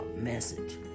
message